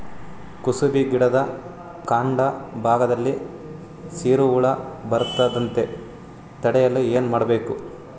ಕುಸುಬಿ ಗಿಡದ ಕಾಂಡ ಭಾಗದಲ್ಲಿ ಸೀರು ಹುಳು ಬರದಂತೆ ತಡೆಯಲು ಏನ್ ಮಾಡಬೇಕು?